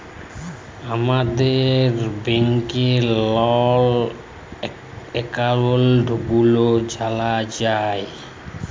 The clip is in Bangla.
আমাদের ব্যাংকের লল একাউল্ট গুলা জালা যায়